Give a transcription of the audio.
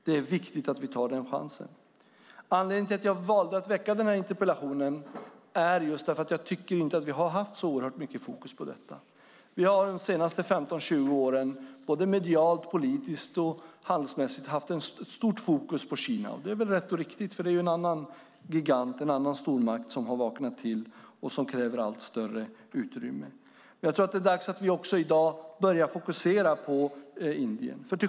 Det är viktigt att vi tar chansen. Anledningen till att jag valde att väcka den här interpellationen är att jag inte tycker att vi har haft så mycket fokus på detta. De senaste 15-20 åren har vi medialt, politiskt och handelsmässigt haft stort fokus på Kina. Det är väl rätt; det är ju en annan stormakt som har vaknat och kräver allt större utrymme. Men jag tror att det är dags att vi börjar fokusera på Indien.